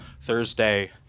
Thursday